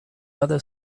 other